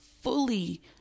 fully